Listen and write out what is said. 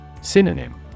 Synonym